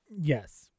Yes